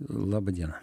laba diena